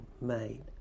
made